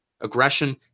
aggression